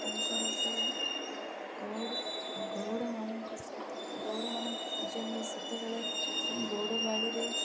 ତାଙ୍କର ସେଇ ଗଉଡ଼ ଗଉଡ଼ମାନଙ୍କ ସହିତ ଗଉଡ଼ମାନଙ୍କ ପୂଜା ହୁଏ ସେତେବେଳେ ସେମାନେ ଗଉଡ଼ବାଡ଼ିରେ